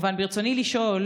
רצוני לשאול,